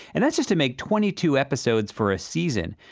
and that's just to make twenty two episodes for a season.